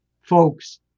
folks